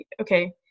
okay